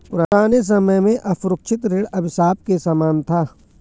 पुराने समय में असुरक्षित ऋण अभिशाप के समान था